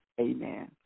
amen